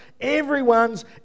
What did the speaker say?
everyone's